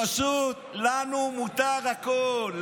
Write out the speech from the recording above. פשוט להן מותר הכול.